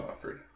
offered